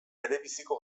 berebiziko